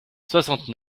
soixante